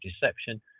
Deception